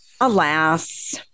alas